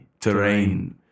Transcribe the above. terrain